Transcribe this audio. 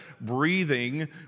breathing